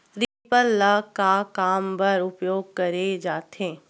Reaper ल का काम बर उपयोग करे जाथे?